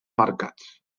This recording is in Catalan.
mercats